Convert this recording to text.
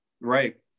Right